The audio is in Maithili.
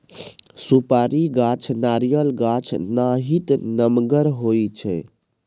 सुपारी गाछ नारियल गाछ नाहित नमगर होइ छइ